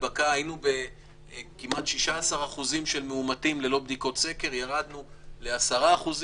יבואו אנשים וייקחו את האוכל בכל הארץ.